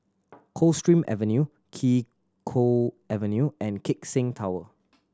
Coldstream Avenue Kee Choe Avenue and Keck Seng Tower